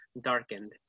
darkened